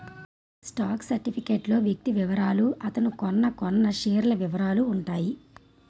stock certificate లో వ్యక్తి వివరాలు అతను కొన్నకొన్న షేర్ల వివరాలు ఉంటాయి